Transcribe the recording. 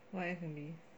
why F&B